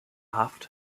haft